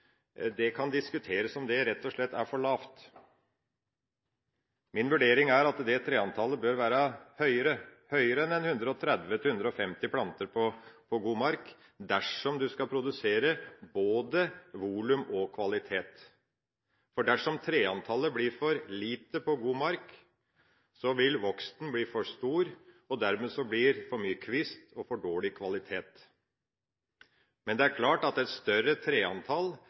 rett og slett er for lavt. Min vurdering er at treantallet bør være høyere, høyere enn 130–150 planter på god mark, dersom man skal produsere både volum og kvalitet. Dersom treantallet blir for lite på god mark, vil veksten bli for stor og dermed blir det for mye kvist og for dårlig kvalitet. Men det er klart at et større treantall innebærer at det er